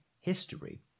history